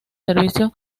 servicio